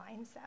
mindset